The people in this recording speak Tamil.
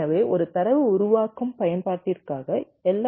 எனவே ஒரு தரவு உருவாக்கும் பயன்பாட்டிற்காக எல்